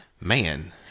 man